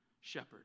shepherd